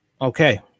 Okay